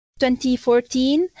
2014